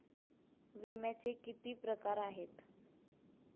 विम्याचे किती प्रकार आहेत?